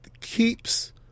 keeps